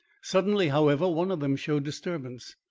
suddenly however, one of them showed disturbance.